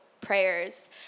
prayers